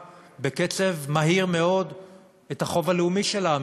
בקצב מהיר מאוד את החוב הלאומי שלה.